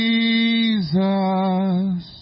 Jesus